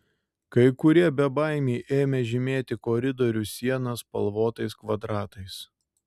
kai kurie bebaimiai ėmė žymėti koridorių sienas spalvotais kvadratais